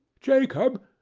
jacob,